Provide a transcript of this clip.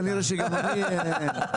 כנראה שגם אני אהיה.